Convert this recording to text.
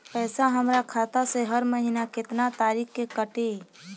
पैसा हमरा खाता से हर महीना केतना तारीक के कटी?